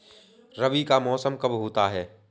रबी का मौसम कब होता हैं?